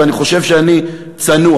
ואני חושב שאני צנוע.